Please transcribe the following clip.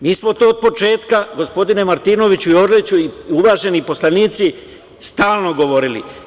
Mi smo to od početka, gospodine Martinoviću, Orliću i uvaženi poslanici, stalno govorili.